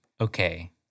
Okay